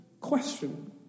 question